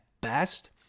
best